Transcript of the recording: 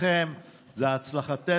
הצלחתכם היא הצלחתנו.